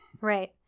Right